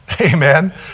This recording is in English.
amen